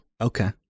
Okay